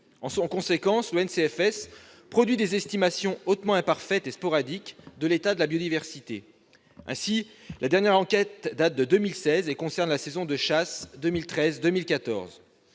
En conséquence, l'ONCFS produit des estimations hautement imparfaites et sporadiques de l'état de la biodiversité. Ainsi, la dernière enquête date de 2016 et concerne la saison de chasse 2013-2014.